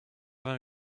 vingt